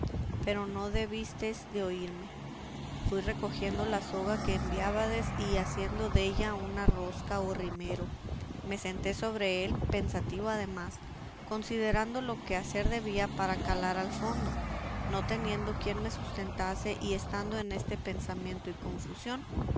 pero no debistes de oírme fui recogiendo la soga que enviábades y haciendo della una rosca o rimero me senté sobre él pensativo además considerando lo que hacer debía para calar al fondo no teniendo quién me sustentase y estando en este pensamiento y confusión